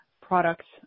products